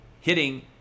hitting